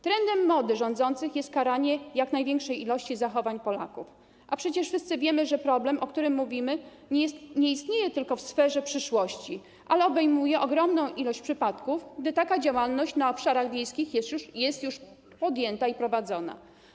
Trendem mody rządzących jest karanie jak największej ilości zachowań Polaków, a przecież wszyscy wiemy, że problem, o którym mówimy, nie istnieje tylko w sferze przyszłości, ale obejmuje ogromną ilość przypadków, gdy taka działalność na obszarach wiejskich jest już podjęta i prowadzona.